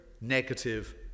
negative